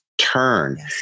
turn